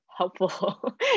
Helpful